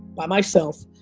by myself.